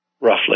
roughly